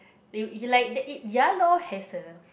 they they like they eat yellow hazel